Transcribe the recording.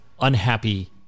unhappy